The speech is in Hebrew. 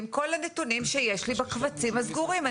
עם כל הנתונים שיש לי בקבצים הסגורים.